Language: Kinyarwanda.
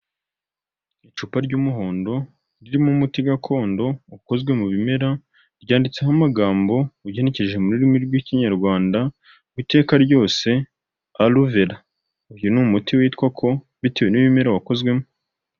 Icupa ry'umuhondo ririmo umuti gakondo ukozwe mu bimera, ryanditseho amagambo ugenekereje mu rurimi rw'ikinyarwanda, iteka ryose aruvera, uyu ni umuti witwa ko bitewe n'ibimera wakozwemo.